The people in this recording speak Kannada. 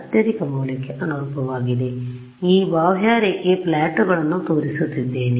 ಆದ್ದರಿಂದ ನಾನು ಈ ಬಾಹ್ಯರೇಖೆ ಪ್ಲಾಟ್ಗಳನ್ನು ತೋರಿಸುತ್ತಿದ್ದೇನೆ